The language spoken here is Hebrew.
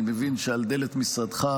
אני מבין שעל דלת משרדך,